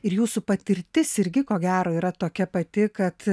ir jūsų patirtis irgi ko gero yra tokia pati kad